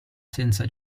senza